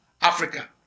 Africa